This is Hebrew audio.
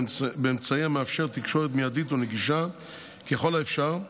באמצעי המאפשר תקשורת מיידית ונגישה ככל האפשר,